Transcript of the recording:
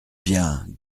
bien